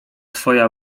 twoja